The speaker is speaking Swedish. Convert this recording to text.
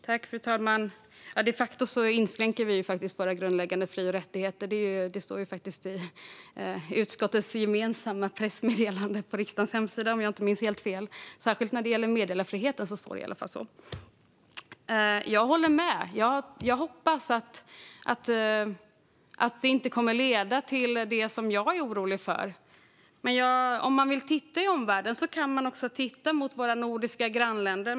Fru talman! De facto inskränker vi ju våra grundläggande fri och rättigheter. Det står faktiskt i utskottets gemensamma pressmeddelande på riksdagens hemsida, om jag inte minns helt fel. Särskilt när det gäller meddelarfriheten står det i alla fall så. Jag håller med. Jag hoppas att detta inte kommer att leda till det som jag är orolig för. Men om vi nu ska titta på omvärlden kan vi också titta på våra nordiska grannländer.